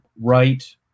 right